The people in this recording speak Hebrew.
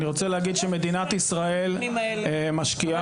אני רוצה להגיד שמדינת ישראל משקיעה כ-16